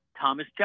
Thomas